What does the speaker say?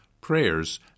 prayers